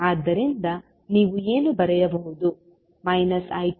ಆದ್ದರಿಂದ ನೀವು ಏನು ಬರೆಯಬಹುದು